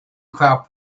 crop